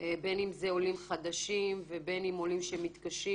בין אם זה עולים חדשים ובין אם עולים שמתקשים.